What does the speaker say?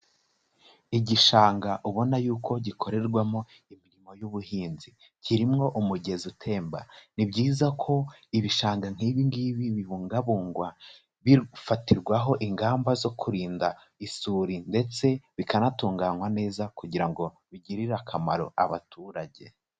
Igishanga ubona yuko gikorerwamo imirimo y'ubuhinzi, kirimo umugezi utemba, ni byiza ko ibishanga nk'ibi ngibi bibungabungwa, bifatirwaho ingamba zo kurinda isuri ndetse bikanatunganywa neza kugira ngo bigirire akamaro abaturage.